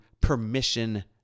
permission